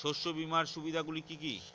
শস্য বিমার সুবিধাগুলি কি কি?